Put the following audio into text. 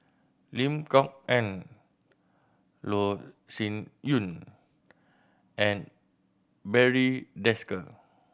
Lim Kok Ann Loh Sin Yun and Barry Desker